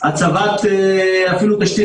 אפילו תשתית